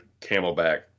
Camelback